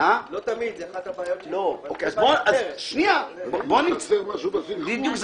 זו אחת הבעיות --- אז שנייה --- חסר משהו בסינכרון --- בדיוק.